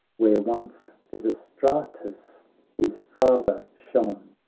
where once pisistratus his father shone.